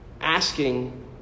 asking